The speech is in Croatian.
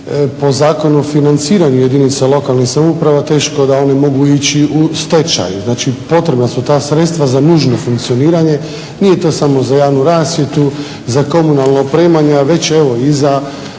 po Zakonu o financiranju jedinica lokalnih samouprava teško da one mogu ići u stečaj. Znači potrebna su ta sredstva za nužno funkcioniranje, nije to samo za javnu rasvjetu, za komunalno opremanje, a već evo i za